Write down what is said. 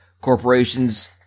Corporations